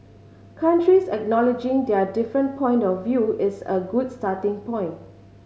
countries acknowledging their different point of view is a good starting point